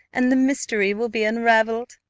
and the mystery will be unravelled.